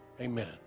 Amen